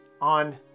on